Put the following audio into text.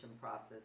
process